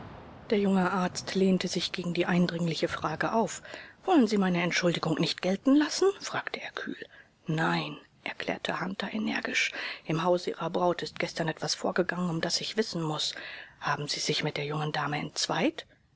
der junge arzt lehnte sich gegen die eindringliche frage auf wollen sie meine entschuldigung nicht gelten lassen fragte er kühl nein erklärte hunter energisch im hause ihrer braut ist gestern etwas vorgegangen um das ich wissen muß haben sie sich mit der jungen dame entzweit